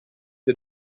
the